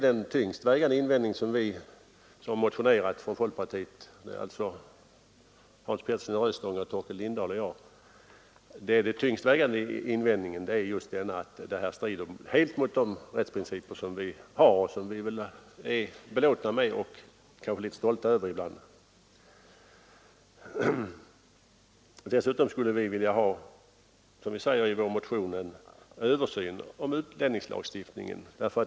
Den tyngst vägande invändning som vi motionärer från folkpartiet — Hans Petersson, Torkel Lindahl och jag — har gjort är just denna att det här helt strider mot de rättsprinciper som vi har i vårt land och som vi kanske är litet stolta över ibland. Dessutom skulle vi vilja ha, som vi säger i vår motion, en översyn av utlänningslagstiftningen.